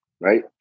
Right